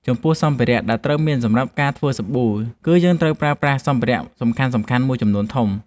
ចំពោះ សម្ភារៈដែលត្រូវមានសម្រាប់ការធ្វើសាប៊ូ គឺយើងត្រូវប្រើប្រាស់សម្ភារ:សំខាន់ៗមួយចំនួនធំ។